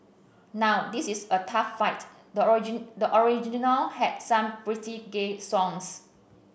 now this is a tough fight the the original had some pretty gay songs